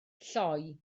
lloi